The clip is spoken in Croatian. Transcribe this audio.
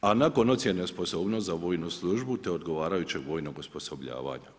A nakon ocjene sposobnosti za vojnu službu, te odgovarajućeg vojnog osposobljavanja.